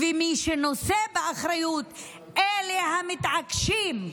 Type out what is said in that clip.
מי שנושא באחריות הם אלה המתעקשים,